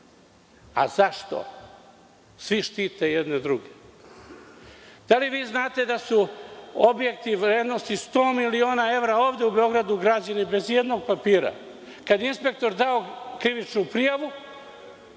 Zašto? Svi štite jedni druge. Da li vi znate da su objekti vrednosti 100 miliona evra ovde u Beogradu građeni bez i jednog papira? Kada je inspektor dao krivičnu prijavu,